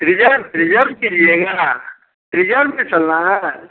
reserve reserve कीजिएगा reserve में चलना है